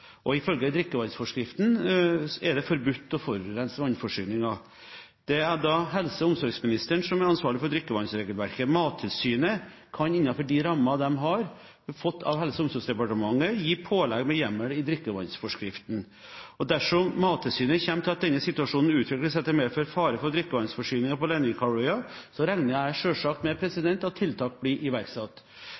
og helsemessig trygt vann. Ifølge drikkevannsforskriften er det forbudt å forurense vannforsyningen. Det er da helse- og omsorgsministeren som er ansvarlig for drikkevannsregelverket. Mattilsynet kan innenfor de rammene de har fått av Helse- og omsorgsdepartementet, gi pålegg med hjemmel i drikkevannsforskriften. Dersom Mattilsynet kommer til at denne situasjonen utvikler seg slik at det er fare for drikkevannsforsyningen på Lenvikhalvøya, regner jeg selvsagt med at tiltak blir iverksatt.